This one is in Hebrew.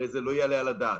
הרי זה לא יעלה על הדעת.